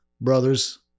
Brothers